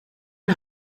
een